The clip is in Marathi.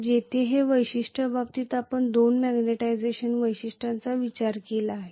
जेथे या विशिष्ट बाबतीत आपण दोन मॅग्निटायझेशन वैशिष्ट्यांचा विचार केला आहे